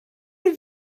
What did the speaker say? have